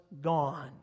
gone